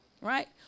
right